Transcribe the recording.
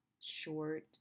short